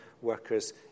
workers